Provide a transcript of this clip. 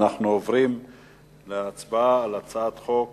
אנחנו עוברים להצבעה על הצעת חוק